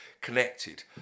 connected